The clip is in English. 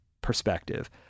perspective